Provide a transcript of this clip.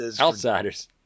Outsiders